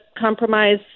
compromise